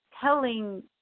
telling